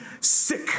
sick